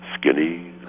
skinny